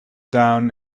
down